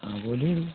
हाँ बोलिए ना